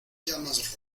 llamas